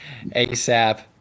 ASAP